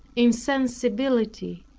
insensibility,